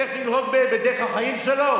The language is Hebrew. איך לנהוג בדרך החיים שלו?